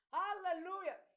hallelujah